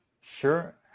sure